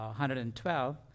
112